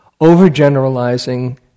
overgeneralizing